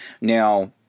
Now